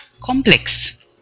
complex